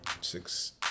six